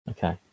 Okay